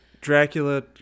Dracula